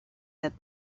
that